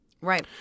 Right